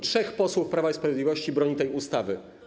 Trzech posłów Prawa i Sprawiedliwości broni tej ustawy.